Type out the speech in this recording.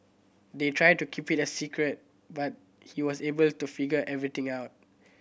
they tried to keep it a secret but he was able to figure everything out